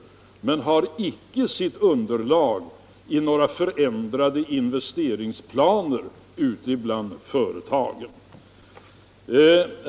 Ändringarna har inte sitt underlag i några förändrade investeringsplaner ute bland företagen.